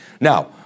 Now